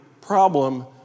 problem